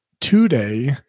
today